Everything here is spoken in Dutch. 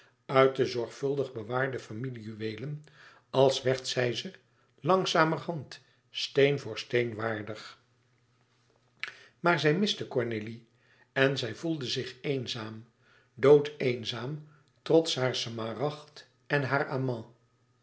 uit de zorgvuldig bewaarde familie juweelen als werd zij ze langzamerhand steen voor steen waardig maar zij miste cornélie en zij voelde zich eenzaam doodeenzaam trots haar smaragd en haar amant